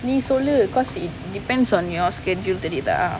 நீ சொல்லு:nee sollu because it depends on your schedule தெரியுதா:theriyuthaa